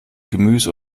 gemüse